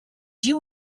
you